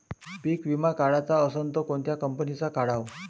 पीक विमा काढाचा असन त कोनत्या कंपनीचा काढाव?